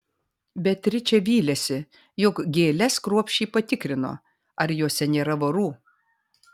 beatričė vylėsi jog gėles kruopščiai patikrino ar jose nėra vorų